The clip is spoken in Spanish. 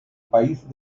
país